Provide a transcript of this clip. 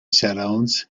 surrounds